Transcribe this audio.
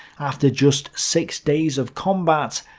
after just six days of combat,